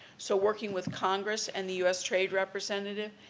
so, working with congress and the u s. trade representative,